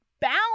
bound